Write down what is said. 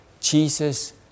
Jesus